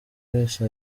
wese